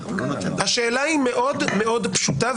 השאלה היא מאוד מאוד פשוטה,